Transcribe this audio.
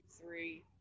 three